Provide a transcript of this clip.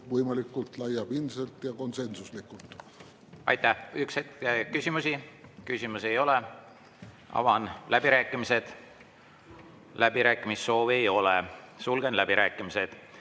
võimalikult laiapindselt ja konsensuslikult. Aitäh! Üks hetk. Küsimusi? Küsimusi ei ole. Avan läbirääkimised. Läbirääkimiste soovi ei ole, sulgen läbirääkimised.